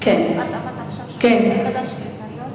את אמרת עכשיו ששוקלים מחדש את הקריטריונים?